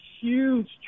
huge